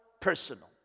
personal